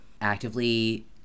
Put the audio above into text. actively